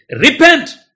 Repent